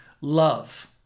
love